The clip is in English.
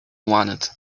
wanted